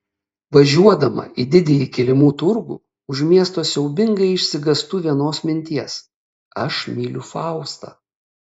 važiuodama į didįjį kilimų turgų už miesto siaubingai išsigąstu vienos minties aš myliu faustą